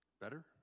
Better